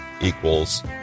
equals